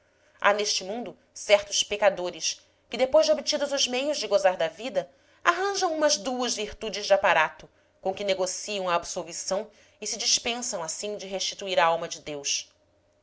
há neste mundo certos pecadores que depois de obtidos os meios de gozar da vida arranjam umas duas virtudes de aparato com que negociam a absolvição e se dispensam assim de restituir a alma de deus